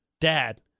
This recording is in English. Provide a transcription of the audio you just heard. Dad